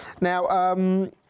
Now